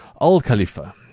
al-Khalifa